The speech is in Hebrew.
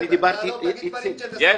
אתה לא תגיד דברים של נשיא התאחדות בוני הארץ,